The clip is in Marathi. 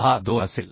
62 असेल